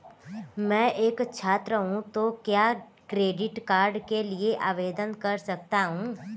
मैं एक छात्र हूँ तो क्या क्रेडिट कार्ड के लिए आवेदन कर सकता हूँ?